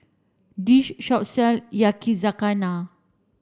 this shop sell Yakizakana